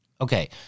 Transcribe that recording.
Okay